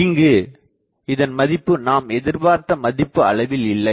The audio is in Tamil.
இங்கு இதன் மதிப்பு நாம் எதிபார்த்த மதிப்பு அளவில் இல்லை